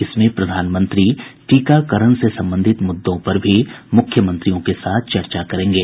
इसमें प्रधानमंत्री टीकाकरण से संबंधित मुद्दों पर भी मुख्यमंत्रियों के साथ चर्चा करेंगे